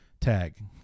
tag